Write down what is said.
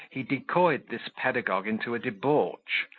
he decoyed this pedagogue into a debauch,